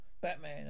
Batman